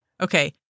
Okay